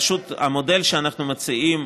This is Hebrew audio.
המודל שאנחנו מציעים,